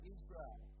Israel